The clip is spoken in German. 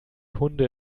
hunde